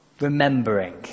remembering